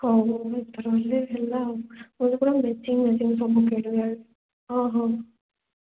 ହଉ ହଉ ଏଥର ହେଲେ ହେଲା ଆଉ ଏବେ ପୂରା ମ୍ୟାଚିଙ୍ଗ ମ୍ୟାଚିଙ୍ଗ ସବୁ କିଣିବି ଆଣିବି ହଁ ହଁ